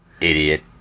Idiot